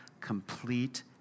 complete